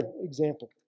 example